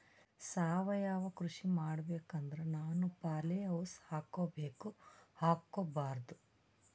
ಸಾವಯವ ಕೃಷಿ ಮಾಡಬೇಕು ಅಂದ್ರ ನಾನು ಪಾಲಿಹೌಸ್ ಹಾಕೋಬೇಕೊ ಹಾಕ್ಕೋಬಾರ್ದು?